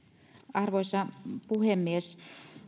arvoisa puhemies